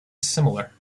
similar